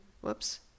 Whoops